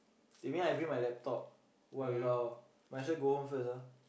you mean I bring my laptop !walao! might as well go home first ah